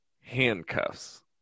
handcuffs